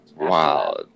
Wow